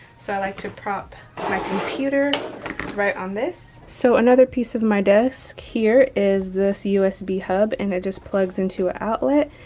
so i like to prop my computer right on this. so another piece of my desk here is this usb hub, and it just plugs into an outlet.